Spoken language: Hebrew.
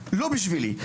לא בשבילי,